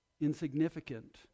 insignificant